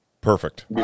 Perfect